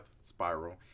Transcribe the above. spiral